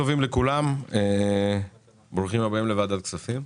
צהרים טובים לכולם, ברוכים הבאים לוועדת הכספים.